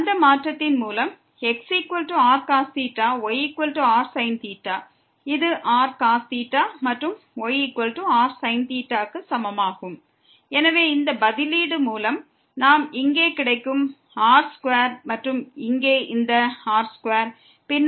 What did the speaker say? அந்த மாற்றத்தின் மூலம் xrcos yrsin இது rcos மற்றும் yrsin க்கு சமமாகும் எனவே இந்த பதிலீடு மூலம் நாம் இங்கே கிடைக்கும் r2 மற்றும் இங்கே இந்த r2